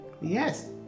Yes